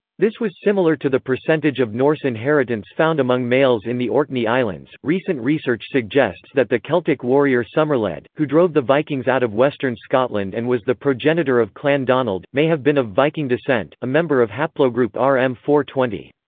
this was similar to the percentage of norse inheritance found among males in the orkney islands recent research suggests that the celtic warrior somerled, who drove the vikings out of western scotland and was the progenitor of clan donald, may have been of viking descent, a member of haplogroup r m four two